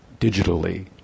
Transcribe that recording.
digitally